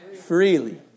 Freely